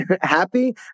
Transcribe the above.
happy